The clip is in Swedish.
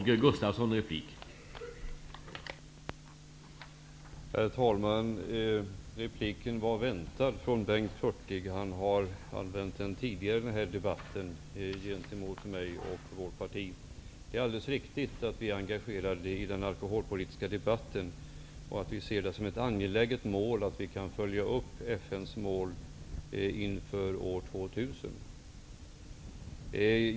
Herr talman! Den repliken från Bengt Hurtig var väntad. Han har använt den tidigare i denna debatt gentemot mig och vårt parti. Det är riktigt att vi är engagerade i den alkoholpolitiska debatten och att vi ser det som ett angeläget mål att följa upp FN:s mål inför år 2000.